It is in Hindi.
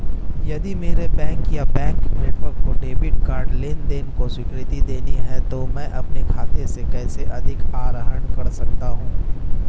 यदि मेरे बैंक या बैंक नेटवर्क को डेबिट कार्ड लेनदेन को स्वीकृति देनी है तो मैं अपने खाते से कैसे अधिक आहरण कर सकता हूँ?